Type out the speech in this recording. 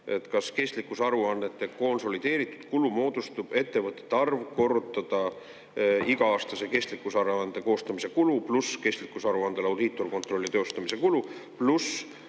kas kestlikkus aruannete konsolideeritud kulu moodustub, kui ettevõtete arv korrutada iga-aastase kestlikkuse aruande koostamise kuluga, pluss kestlikkuse aruandele audiitorkontrolli teostamise kulu, pluss